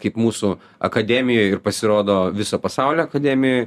kaip mūsų akademijoj ir pasirodo viso pasaulio akademijoj